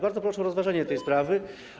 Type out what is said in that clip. Bardzo proszę o rozważenie tej sprawy.